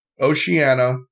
Oceania